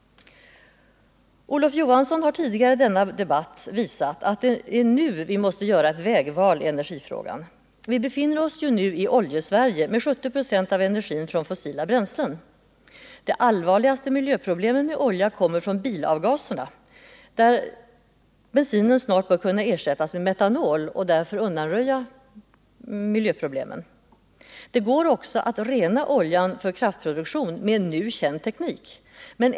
Olof Johansson har tidigare i denna debatt visat att det är nu vi måste göra ett vägval i energifrågan. Vi befinner oss nu i Oljesverige, med 70 96 av energin från fossila bränslen. De allvarligaste miljöproblemen med olja kommer från bilavgaser. Bensinen bör snart kunna ersättas med metanol, och därigenom kan man undanröja miljöproblemen. Det går också att rena oljan för kraftproduktion med nu känd teknik.